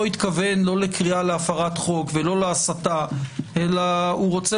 התכוון לא לקריאה להפרת חוק ולא להסתה אלא הוא רוצה